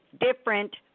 different